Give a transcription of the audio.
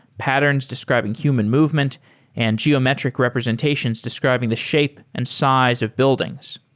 patterns describing human movement and geometric representations describing the shape and size of buildings.